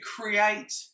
create